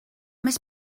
més